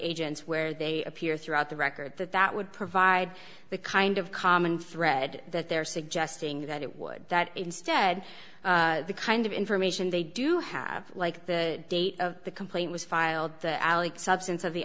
agents where they appear throughout the record that that would provide the kind of common thread that they're suggesting that it would that instead the kind of information they do have like the date of the complaint was filed substance of the